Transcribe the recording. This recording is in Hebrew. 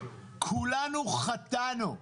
כולנו חטאנו,